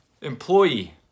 employee